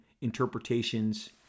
interpretations